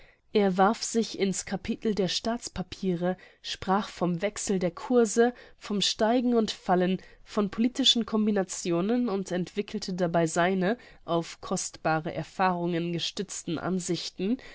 er warf sich in's capitel der staatspapiere sprach vom wechsel der course vom steigen und fallen von politischen combinationen und entwickelte dabei seine auf kostbare erfahrungen gestützten ansichten